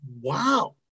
wow